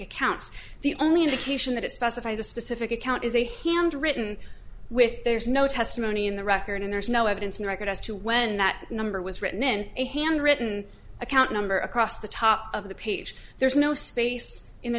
accounts the only indication that it specifies a specific account is a handwritten with there's no testimony in the record and there's no evidence in the record as to when that number was written in a handwritten account number across the top of the page there's no space in the